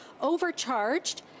overcharged